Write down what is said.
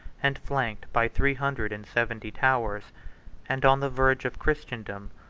and flanked by three hundred and seventy towers and on the verge of christendom,